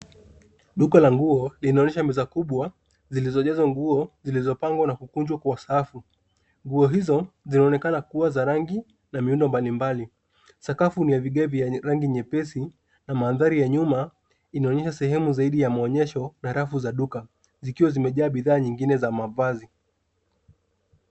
Duka la nguo, linaonyesha meza kubwa, zilizojazwa nguo zilizopangwa na kukunjwa kwa rafu. Nguo hizo zinaonekana kuwa za rangi, na miundo mbalimbali. Sakafu ni ya vigae venye rangi nyepesi, na mandhari ya nyuma, inaonyesha sehemu zaidi ya maonyesho, na rafu za duka, zikiwa zimejaa bidhaa nyingine za mavazi.